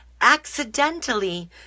accidentally